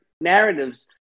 narratives